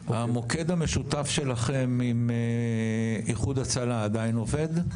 המוקד המשותף שלכם עם איחוד הצלה עדיין עובד?